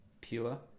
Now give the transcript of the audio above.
pure